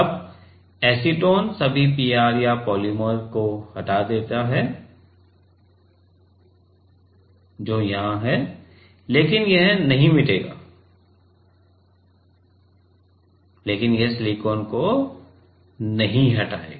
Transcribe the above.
अब एसीटोन सभी पीआर या पोलिमर को हटा देता है जो यहां है लेकिन यह नहीं मिटाएगा लेकिन यह सिलिकॉन को नहीं हटाएगा